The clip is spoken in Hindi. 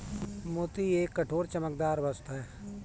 मोती एक कठोर, चमकदार वस्तु है